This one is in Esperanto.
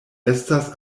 estas